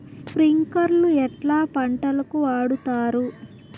స్ప్రింక్లర్లు ఎట్లా పంటలకు వాడుతారు?